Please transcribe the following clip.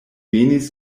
venis